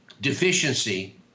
deficiency